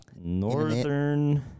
Northern